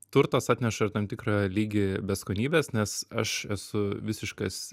turtas atneša ir tam tikrą lygį beskonybės nes aš esu visiškas